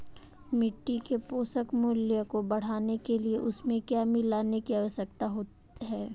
मिट्टी के पोषक मूल्य को बढ़ाने के लिए उसमें क्या मिलाने की आवश्यकता है?